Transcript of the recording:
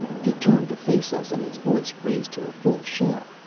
he turned to face us, and his voice raised to a full shout,